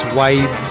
wave